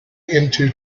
into